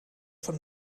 von